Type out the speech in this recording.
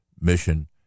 mission